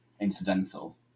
incidental